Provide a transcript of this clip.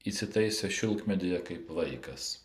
įsitaisė šilkmedyje kaip vaikas